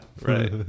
right